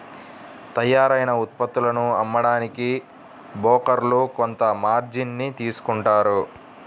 తయ్యారైన ఉత్పత్తులను అమ్మడానికి బోకర్లు కొంత మార్జిన్ ని తీసుకుంటారు